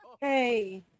Hey